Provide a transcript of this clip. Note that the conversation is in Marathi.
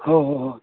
हो हो हो